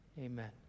amen